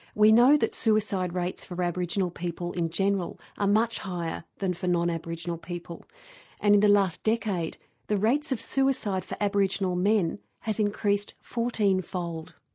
we know that suicide rates for aboriginal people in general are much higher than for non-aboriginal people and in the last decade the rates of suicide for aboriginal men has increased fourteen-fold.